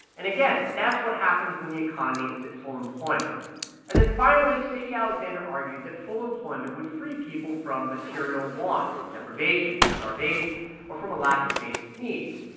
and again, that's what happens when the economy is at full employment and then finally, sadie alexander argued that full employment would free people from material want, from deprivation or starvation or from a lack of basic needs.